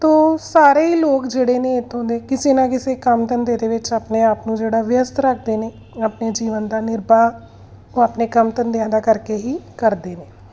ਤੋਂ ਸਾਰੇ ਲੋਕ ਜਿਹੜੇ ਨੇ ਇੱਥੋਂ ਦੇ ਕਿਸੇ ਨਾ ਕਿਸੇ ਕੰਮ ਧੰਦੇ ਦੇ ਵਿੱਚ ਆਪਣੇ ਆਪ ਨੂੰ ਜਿਹੜਾ ਵਿਅਸਥ ਰੱਖਦੇ ਨੇ ਆਪਣੇ ਜੀਵਨ ਦਾ ਨਿਰਬਾਹ ਉਹ ਆਪਣੇ ਕੰਮ ਧੰਦਿਆਂ ਦਾ ਕਰਕੇ ਹੀ ਕਰਦੇ ਨੇ